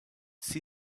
see